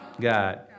God